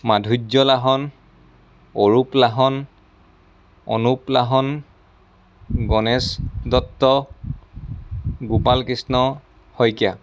Madhurya Lahon Arup Lahon Anup Lahon Ganesh Dutta Gopal Krishna Saikia